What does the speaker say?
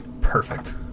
perfect